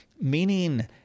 Meaning